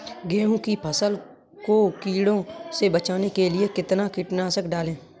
गेहूँ की फसल को कीड़ों से बचाने के लिए कितना कीटनाशक डालें?